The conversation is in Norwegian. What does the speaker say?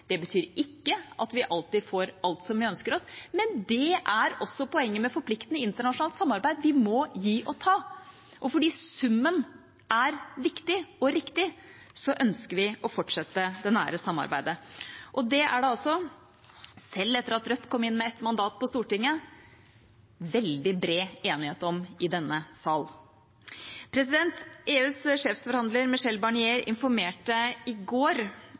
det betyr ikke at vi alltid får alt som vi ønsker oss, men det er også poenget med forpliktende internasjonalt samarbeid – vi må gi og ta. Fordi summen er viktig og riktig, ønsker vi å fortsette det nære samarbeidet. Det er det – selv etter at Rødt kom inn med ett mandat på Stortinget – veldig bred enighet om i denne sal. EUs sjefsforhandler, Michel Barnier, informerte i går